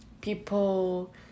people